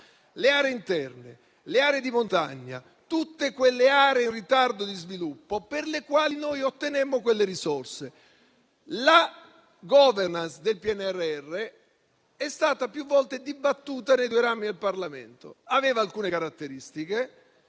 le aree interne, le aree di montagna e tutte quelle aree in ritardo di sviluppo per le quali abbiamo ottenuto quelle risorse. La *governance* del PNRR è stata più volte dibattuta nei due rami del Parlamento e aveva alcune caratteristiche.